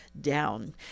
down